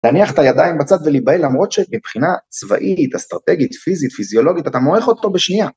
להניח את הידיים בצד ולהיבהל למרות שמבחינה צבאית אסטרטגית פיזית פיזיולוגית אתה מועך אותו בשנייה.